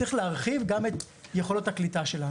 צריך להרחיב גם את יכולות הקליטה שלנו.